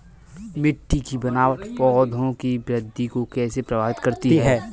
मिट्टी की बनावट पौधों की वृद्धि को कैसे प्रभावित करती है?